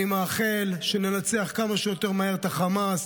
אני מאחל שננצח כמה שיותר מהר את החמאס,